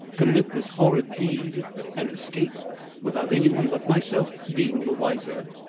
commit this horrid deed and escape without any one but myself being the wiser.